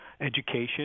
education